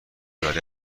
برای